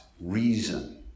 reason